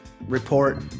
report